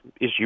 issue